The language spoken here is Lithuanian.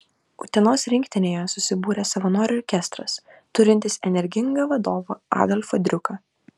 utenos rinktinėje susibūrė savanorių orkestras turintis energingą vadovą adolfą driuką